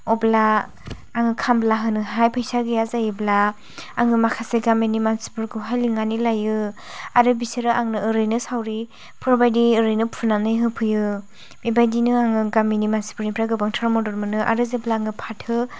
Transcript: अब्ला आं खामला होनोहाय फैसा गैया जायोब्ला आङो माखासे गामिनि मानसिफोरखौहाय लिंनानै लायो आरो बिसोरो आंनो ओरैनो सावरिफोर बायदि ओरैनो फुनानै होफैयो बेबायदिनो आङो गामिनि मानसिफोरनिफ्राय गोबांथार मदद मोनो आरो जेब्ला फाथो